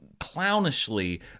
clownishly